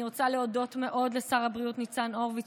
אני רוצה להודות מאוד לשר הבריאות ניצן הורביץ,